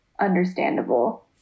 understandable